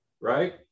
right